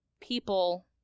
people